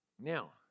Now